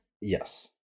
Yes